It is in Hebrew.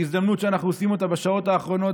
זו הזדמנות שאנחנו עושים אותה בשעות האחרונות,